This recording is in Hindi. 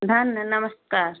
धन्न नमस्कार